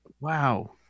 Wow